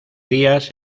días